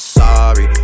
sorry